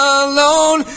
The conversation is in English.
alone